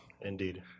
Indeed